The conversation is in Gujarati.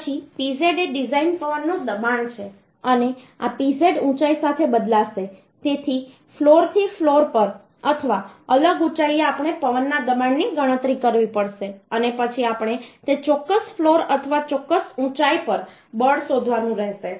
પછી pz એ ડિઝાઇન પવનનું દબાણ છે અને આ pz ઊંચાઈ સાથે બદલાશે તેથી ફ્લોરથી ફ્લોર પર અથવા અલગ ઊંચાઈએ આપણે પવનના દબાણની ગણતરી કરવી પડશે અને પછી આપણે તે ચોક્કસ ફ્લોર અથવા ચોક્કસ ઊંચાઈ પર બળ શોધવાનું રહેશે